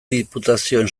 diputazioen